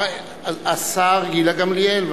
אני מזמין את השרה גילה גמליאל.